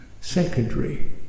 secondary